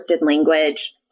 language